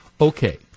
Okay